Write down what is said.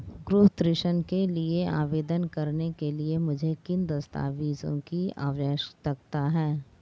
गृह ऋण के लिए आवेदन करने के लिए मुझे किन दस्तावेज़ों की आवश्यकता है?